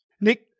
Nick